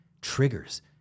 triggers